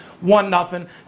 one-nothing